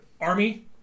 Army